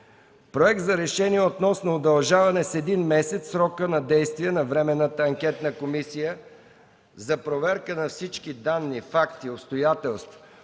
Проект за решение относно удължаване с един месец срока на действие на Временната анкетна комисия за проверка на всички данни, факти и обстоятелства